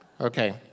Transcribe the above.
Okay